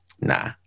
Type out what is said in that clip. nah